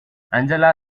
angela